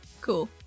Cool